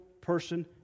person